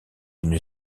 une